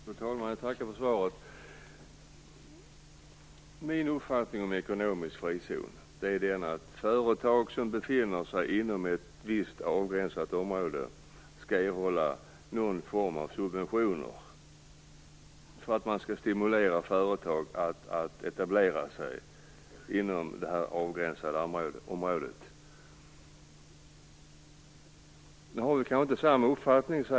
Fru talman! Jag tackar för svaret. Min uppfattning om ekonomiska frizoner är att företag som befinner sig inom ett visst avgränsat område skall erhålla någon form av subventioner. Man skall stimulera företag att etablera sig inom detta avgränsade område. Statsrådet säger att vi kanske inte har samma uppfattning.